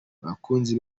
abakunzi